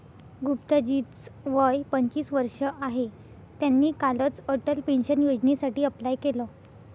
गुप्ता जी च वय पंचवीस वर्ष आहे, त्यांनी कालच अटल पेन्शन योजनेसाठी अप्लाय केलं